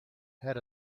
had